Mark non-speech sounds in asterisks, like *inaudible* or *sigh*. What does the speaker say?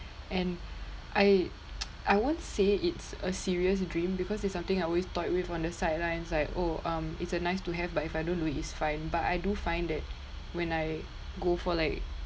and I *noise* I won't say it's a serious dream because it's something I always thought with on the sidelines like oh um it's a nice to have but if I don't do it's fine but I do find that when I go for like